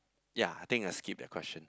ya I think I'll skip that question